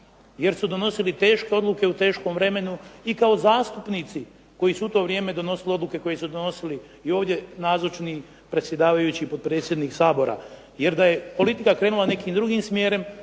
jer su donosili teške odluke u teškom vremenu i kao zastupnici koji su u to vrijeme donosili odluke, koje su donosili i ovdje nazočni predsjedavajući, potpredsjednik Sabora, jer da je politika krenula nekim drugim smjerom,